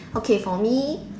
okay for me